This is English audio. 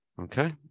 Okay